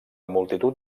multitud